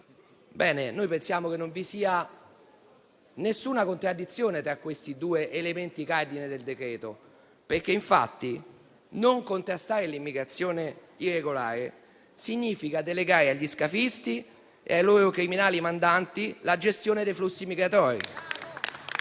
pensiamo che non vi sia nessuna contraddizione tra questi due elementi cardine del decreto-legge, perché non contrastare l'immigrazione irregolare significa delegare agli scafisti e ai loro criminali mandanti la gestione dei flussi migratori.